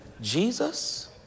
Jesus